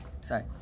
Sorry